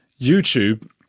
YouTube